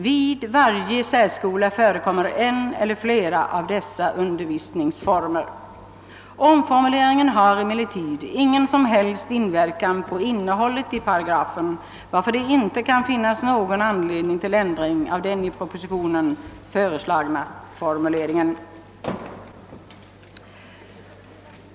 Vid varje särskola förekommer en eller flera av dessa undervisningsformer.» Omformuleringen har emellertid ingen som helst inverkan på innehållet i paragrafen, varför det inte kan finnas någon anledning till ändring av den i propositionen föreslagna formuleringen.